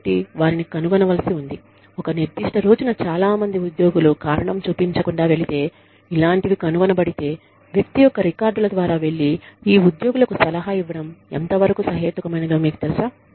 కాబట్టి వారిని కనుగొనవలసి ఉంది ఒక నిర్దిష్ట రోజున చాలా మంది ఉద్యోగులు కారణం చూపించకుండ వెళితే ఇలాంటివి కనుగొనబడితే వ్యక్తి యొక్క రికార్డుల ద్వారా వెళ్లి ఈ ఉద్యోగులకు సలహా ఇవ్వడం ఎంతవరకు సహేతుకమైనదో మీకు తెలుసా